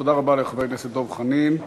תודה רבה לחבר הכנסת דב חנין.